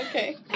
okay